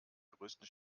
größten